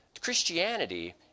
Christianity